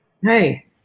hey